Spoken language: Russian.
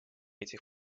этих